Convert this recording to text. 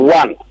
one